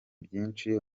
byinshi